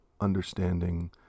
understanding